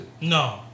no